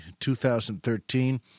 2013